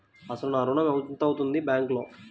అసలు నా ఋణం ఎంతవుంది బ్యాంక్లో?